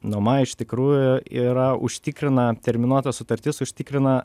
nuoma iš tikrųjų yra užtikrina terminuotas sutartis užtikrina